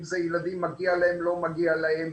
אם זה ילדים שמגיע או לא מגיע להם,